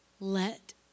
let